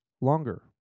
longer